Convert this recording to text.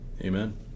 Amen